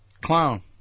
clown